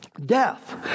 death